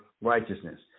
righteousness